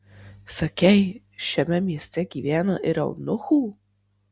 sakei šiame mieste gyvena ir eunuchų